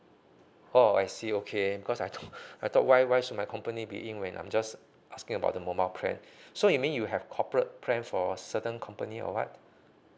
oh I see okay because I thought I thought why why should my company be in when I'm just asking about the mobile plan so you mean you have corporate plan for certain company or what